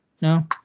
no